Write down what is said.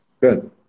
Good